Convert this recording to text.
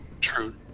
true